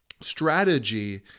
strategy